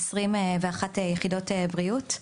עוד כ-21 יחידות בריאות,